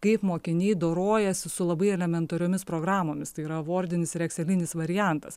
kaip mokiniai dorojasi su labai elementariomis programomis tai yra vordinis ir ekselinis variantas